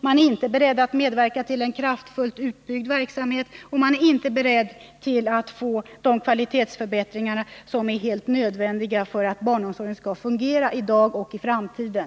Man är inte beredd att medverka till en kraftfullt utbyggd verksamhet, och man är inte beredd att medverka till de kvalitetsförbättringar som är helt nödvändiga för att den skall fungera i dag och i framtiden.